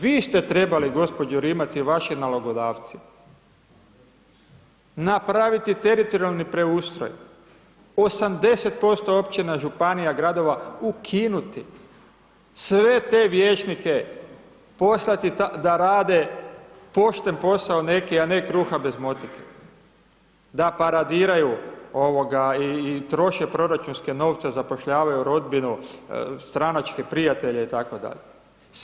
Vi ste trebali gospođo Rimac i vaši nalogodavci, napraviti teritorijalni preustroj, 80% općina, županija, gradova ukinuti, sve te vijećnike poslati da rade pošten posao neki, a ne kruha bez motike, da paradiraju, ovoga, i troše proračunske novce, zapošljavaju rodbinu, stranačke prijatelje i tako dalje.